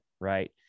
right